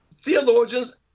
theologians